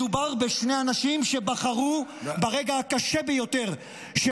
מדובר בשני אנשים שבחרו ברגע הקשה ביותר של